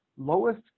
Lowest